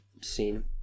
scene